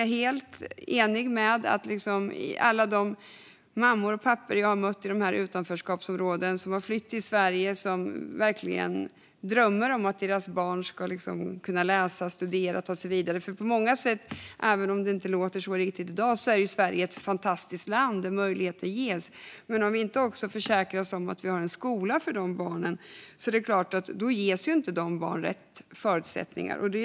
Jag tänker även på alla de mammor och pappor som jag har mött i utanförskapsområden som har flytt till Sverige och drömmer om att deras barn ska kunna läsa, studera och ta sig vidare. Även om det inte riktigt låter så i dag är Sverige på många sätt ett fantastiskt land där möjligheter ges. Men om vi inte försäkrar oss om att ha en skola för dessa barn ges ju inte de rätt förutsättningar.